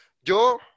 yo